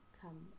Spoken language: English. come